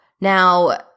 Now